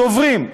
צוברים.